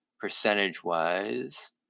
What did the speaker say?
percentage-wise